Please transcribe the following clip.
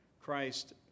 Christ